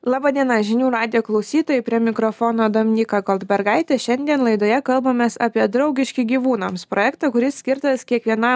laba diena žinių radijo klausytojai prie mikrofono dominyka goldbergaitė šiandien laidoje kalbamės apie draugiški gyvūnams projektą kuris skirtas kiekvienam